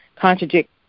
contradict